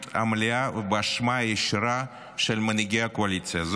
המלאה ובאשמה ישירה של מנהיגי הקואליציה הזאת,